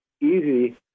easy